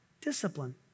discipline